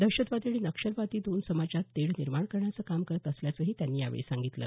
दहशतवादी आणि नक्षलवादी दोन समाजात तेढ निर्माण करण्याचं काम करत असल्याचंही त्यांनी यावेळी सांगितलं